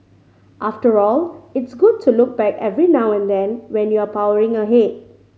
after all it's good to look back every now and then when you're powering ahead